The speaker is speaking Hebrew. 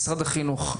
משרד החינוך,